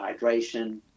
hydration